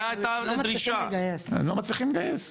הם לא מצליחים לגייס,